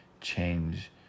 change